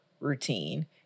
routine